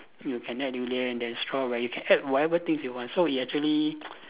you can add durian then strawberry you can add whatever things you want so it actually